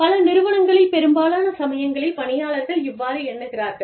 பல நிறுவனங்களில் பெரும்பாலான சமயங்களில் பணியாளர்கள் இவ்வாறு எண்ணுகிறார்கள்